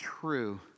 true